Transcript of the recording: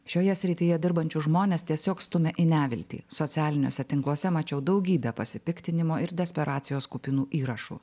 šioje srityje dirbančius žmones tiesiog stumia į neviltį socialiniuose tinkluose mačiau daugybę pasipiktinimo ir desperacijos kupinų įrašų